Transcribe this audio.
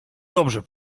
dobrze